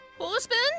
Husband